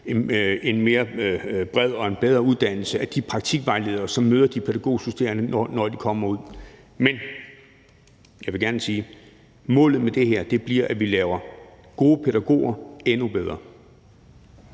en bredere og bedre uddannelse af de praktikvejledere, som møder de pædagogstuderende, når de kommer ud. Jeg vil gerne sige, at målet med det her bliver, at vi gør gode pædagoger endnu bedre.